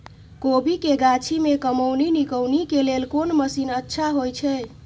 कोबी के गाछी में कमोनी निकौनी के लेल कोन मसीन अच्छा होय छै?